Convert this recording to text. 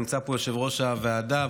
נמצא פה יושב-ראש הוועדה,